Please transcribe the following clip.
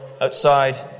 outside